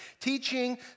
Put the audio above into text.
teaching